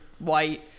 white